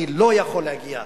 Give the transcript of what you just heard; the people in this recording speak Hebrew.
אני לא יכול להגיע.